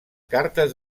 cartes